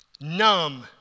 numb